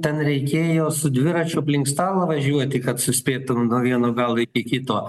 ten reikėjo su dviračiu aplink stalą važiuoti kad suspėtum nuo vieno galo iki kito